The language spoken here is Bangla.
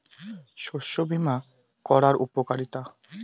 শস্য বিমা করার উপকারীতা?